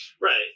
Right